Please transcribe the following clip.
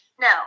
no